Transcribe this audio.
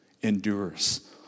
endures